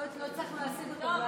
לא הצלחנו להשיג אותו.